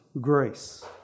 grace